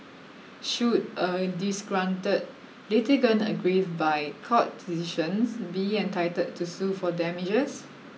should a disgruntled litigant aggrieved by court decisions be entitled to sue for damages